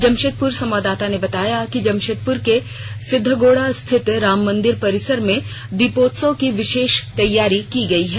जमशेदप्र संवददाता ने बताया कि जमशेदप्र के सिद्धगोड़ा स्थित राम मंदिर परिसर में दीपोत्सव की विशेष तैयारी की गयी है